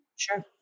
Sure